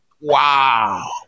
Wow